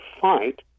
fight